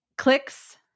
Clicks